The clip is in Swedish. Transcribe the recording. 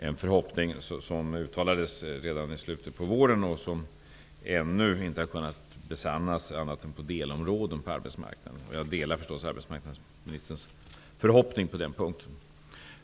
Denna förhoppning uttalades redan i slutet på våren, och den har ännu inte kunnat besannas annat än på delområden på arbetsmarknaden. Jag delar förstås arbetsmarknadsministerns förhoppning på den punkten.